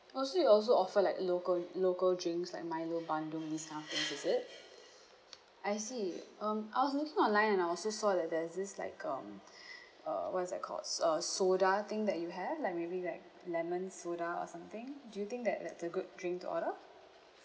oh so you also offer like local local drinks like milo bandung this kind of things is it I see um I was looking online and I also saw that there's this like um uh what is that called uh soda thing that you have like maybe like lemon soda or something do you think that that's a good drink to order